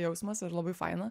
jausmas ir labai faina